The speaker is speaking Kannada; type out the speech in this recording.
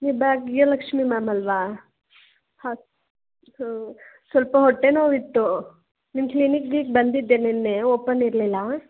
ನೀವು ಭಾಗ್ಯಲಕ್ಷ್ಮಿ ಮ್ಯಾಮ್ ಅಲ್ವಾ ಹಾಂ ಸ್ವಲ್ಪ ಹೊಟ್ಟೆನೋವಿತ್ತು ನಿಮ್ಮ ಕ್ಲಿನಿಕ್ಕಿಗೆ ಬಂದಿದ್ದೆ ನಿನ್ನೆ ಓಪನ್ ಇರಲಿಲ್ಲ